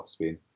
topspin